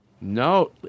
No